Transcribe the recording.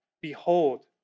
behold